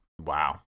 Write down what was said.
Wow